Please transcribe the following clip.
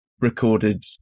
recorded